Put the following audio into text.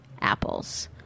apples